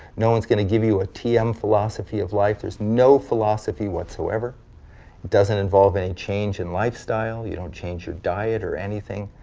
no one's gonna give you a tm philosophy of life. there's no philosophy whatsoever. it doesn't involve any change in lifestyle, you don't change your diet or anything.